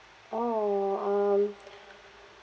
orh um